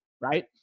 right